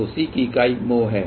तो C की इकाई मो है